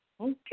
Okay